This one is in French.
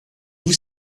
vous